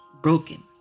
broken